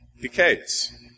decays